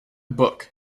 book